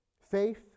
Faith